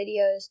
videos